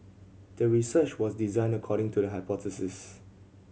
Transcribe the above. the research was designed according to the hypothesis